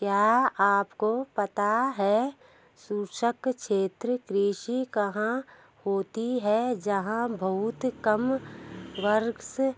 क्या आपको पता है शुष्क क्षेत्र कृषि वहाँ होती है जहाँ बहुत कम वर्षा